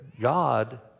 God